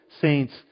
saints